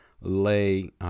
lay